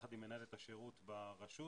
יחד עם מנהלת השירות ברשות